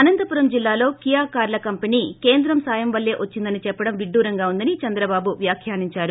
అనంతపురం జిల్లాలో కియా కార్ల కంపెనీ కేంద్రం సాయం వల్లే వచ్చిందని చెప్పడం విడ్డూరంగా ఉందని చంద్రబాబు వ్యాఖ్యానించారు